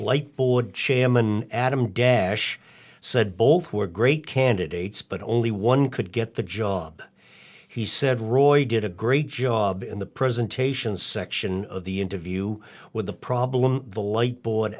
light board chairman adam dash said both were great candidates but only one could get the job he said roy did a great job in the presentations section of the interview with the problem the light board